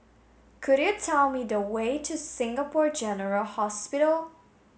could you tell me the way to Singapore General Hospital